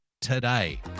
today